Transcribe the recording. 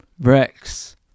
Rex